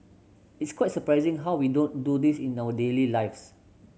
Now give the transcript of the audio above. it's quite surprising how we don't do this in our daily lives